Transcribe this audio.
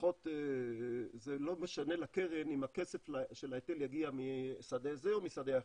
וזה לא משנה לקרן אם הכסף של ההיטל יגיע משדה זה או שדה אחר,